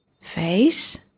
face